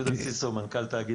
יהודה סיסו, מנכ"ל תאגידי מים.